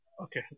okay